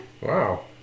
Wow